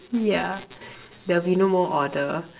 yeah there'll be no more order